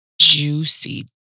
juicy